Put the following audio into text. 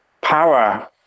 power